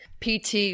PT